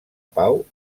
pau